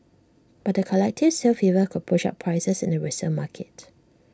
but the collective sale fever could push up prices in the resale market